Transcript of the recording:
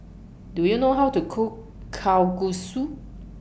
Do YOU know How to Cook Kalguksu